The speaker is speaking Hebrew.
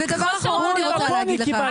בול בפוני קיבלתם.